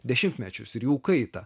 dešimtmečius ir jų kaitą